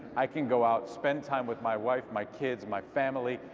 i can go out, spend time with my wife, my kids, my family,